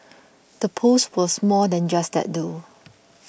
the post was more than just that though